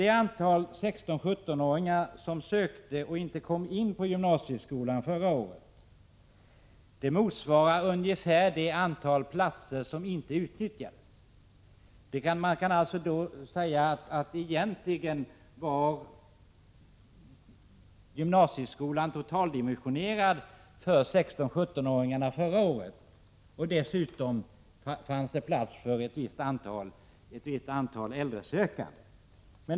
Det antal 16—-17-åringar som sökte men inte kom in i gymnasieskolan förra året motsvarar ungefär det antal platser som inte utnyttjades. Man kan alltså säga att gymnasieskolan egentligen var totaldimensionerad för 16-17 åringarna förra året. Dessutom fanns det plats för ett visst antal äldresökande.